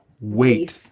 wait